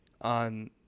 On